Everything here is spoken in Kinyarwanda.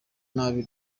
nabi